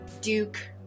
Duke